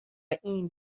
این